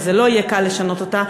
וזה לא יהיה קל לשנות אותה,